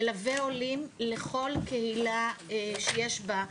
מלווי עולים לכל קהילה שיש בה,